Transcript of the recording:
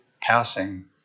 passing